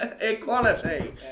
Equality